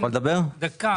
שלום,